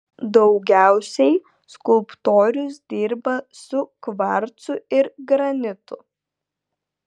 daugiausiai skulptorius dirba su kvarcu ir granitu